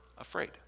afraid